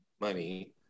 money